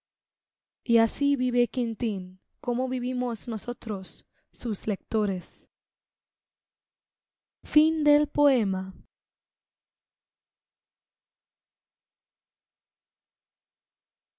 y así vive quintín como vivimos nosotros sus lectores